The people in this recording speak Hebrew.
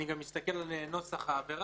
אני גם מסתכל על נוסח העבירה,